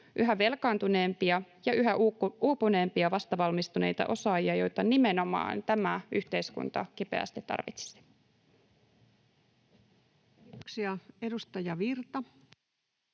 yhä velkaantuneempia ja yhä uupuneempia vastavalmistuneita osaajia, joita nimenomaan tämä yhteiskunta kipeästi tarvitsisi. [Speech 133] Speaker: